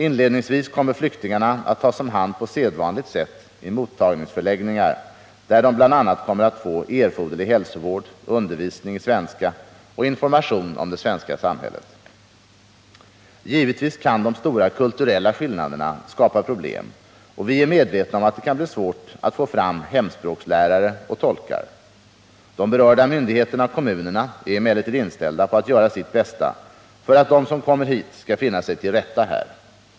Inledningsvis kommer flyktingarna att tas om hand på sedvanligt sätt i mottagningsförläggningar, där de bl.a. kommer att få erforderlig hälsovård, undervisning i svenska och information om det svenska samhället. Givetvis kan de stora kulturella skillnaderna skapa problem, och vi är medvetna om att det kan bli svårt att få fram hemspråkslärare och tolkar. De berörda myndigheterna och kommunerna är emellertid inställda på att göra sitt bästa för att de som kommer hit skall finna sig till rätta här.